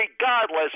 regardless